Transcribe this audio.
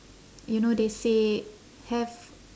you know they say have